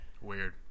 Weird